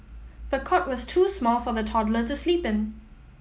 the cot was too small for the toddler to sleep in